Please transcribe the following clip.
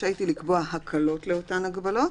ורשאית היא לקבוע הקלות לאותן הגבלות,